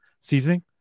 seasoning